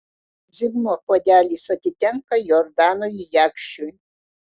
zigmo puodelis atitenka jordanui jakšiui